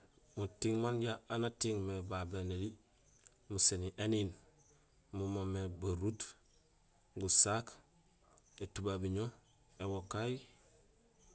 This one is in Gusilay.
Muting manja aan ating mé babé noli muséni éniin mo moomé baruut, gusaak, étubabuño, éwokaay.